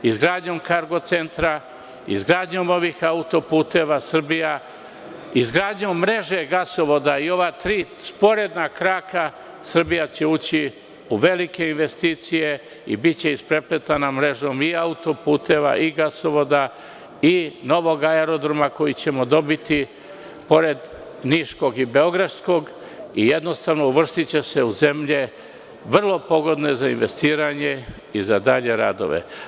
Izgradnjom kargocentra, izgradnjom autoputeva, izgradnjom mreže gasovoda i ova tri sporedna kraka Srbija će ući u velike investicije i biće isprepletena mreža autoputeva i gasovoda i novog aerodroma koji ćemo dobiti pored niškog i beogradskog i uvrstiće se u zemlje vrlo pogodne za investiranje i za dalje radove.